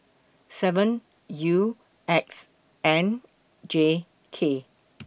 seven U X N J K